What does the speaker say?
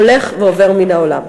הולך ועובר מן העולם.